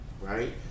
right